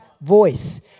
voice